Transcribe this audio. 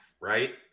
right